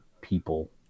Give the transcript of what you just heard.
people